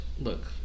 look